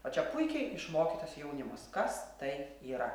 o čia puikiai išmokytas jaunimas kas tai yra